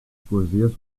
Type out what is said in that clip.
poesies